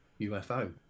UFO